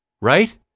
right